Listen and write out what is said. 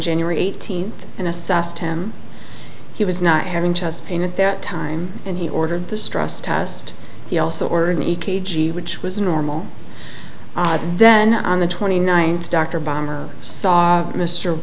january eighteenth and assessed him he was not having chest pain at that time and he ordered the stress test he also ordered an e k g which was normal then on the twenty ninth dr bomber saw mr